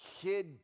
kid